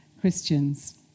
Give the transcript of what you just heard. Christians